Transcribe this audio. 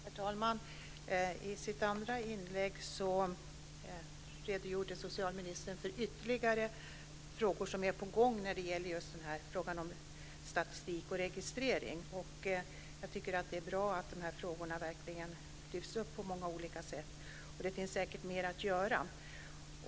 Herr talman! I sitt andra inlägg redogjorde socialministern för ytterligare frågor som är på gång när det gäller just frågan om statistik och registrering. Jag tycker att det är bra att dessa frågor verkligen lyfts fram på många olika sätt. Och det finns säkert mer att göra.